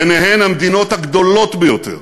ביניהן המדינות הגדולות ביותר,